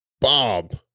Bob